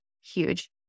huge